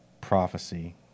prophecy